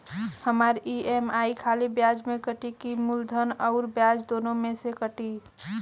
हमार ई.एम.आई खाली ब्याज में कती की मूलधन अउर ब्याज दोनों में से कटी?